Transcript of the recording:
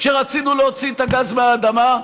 כשרצינו להוציא את הגז מהאדמה,